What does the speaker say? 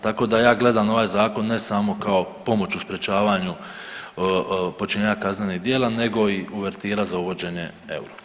Tako da ja gledam ovaj zakon ne samo kao pomoć u sprječavanju počinjenja kaznenih djela nego i uvertira za uvođenje eura.